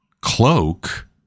cloak